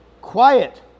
quiet